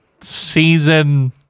season